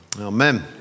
Amen